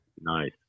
Nice